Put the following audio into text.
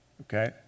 Okay